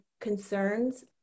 concerns